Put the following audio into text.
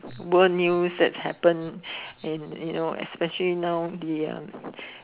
world news that happen in you know especially now the uh